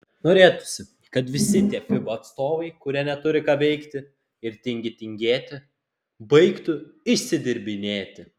norėtųsi kad visi tie fiba atstovai kurie neturi ką veikti ir tingi tingėti baigtų išsidirbinėti